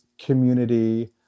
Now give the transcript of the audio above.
community